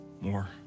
more